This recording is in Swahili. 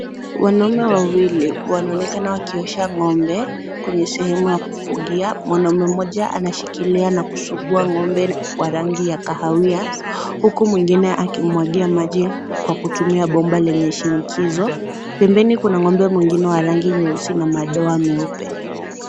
Wanaume wawili, wanaonekana wakiosha ng'ombe kwenye sehemu ya kufugia. Mwanaume mmoja, anashikilia na kusugua ng'ombe wa rangi ya kahawia, huku mwingine akimwagia maji kwa kutumia bomba lenye shinikizo. Pembeni kuna ng'ombe mwingine wa rangi nyeusi na madoa meupe.